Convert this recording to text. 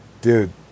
dude